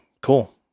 cool